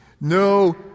No